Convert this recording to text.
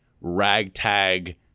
ragtag